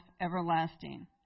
everlasting